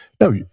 No